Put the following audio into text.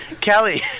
Kelly